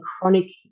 chronic